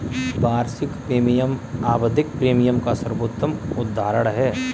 वार्षिक प्रीमियम आवधिक प्रीमियम का सर्वोत्तम उदहारण है